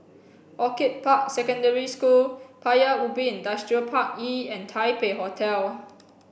Orchid Park Secondary School Paya Ubi Industrial Park E and Taipei Hotel